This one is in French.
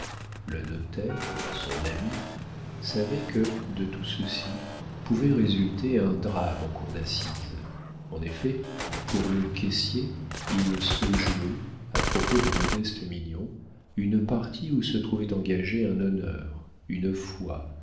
le notaire son ami savait que de tout ceci pouvait résulter un drame en cour d'assises en effet pour le caissier il se jouait à propos de modeste mignon une partie où se trouvaient engagés un honneur une foi